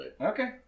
Okay